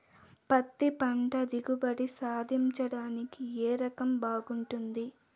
పత్తి పంట దిగుబడి సాధించడానికి ఏ రకం బాగుంటుంది?